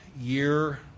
year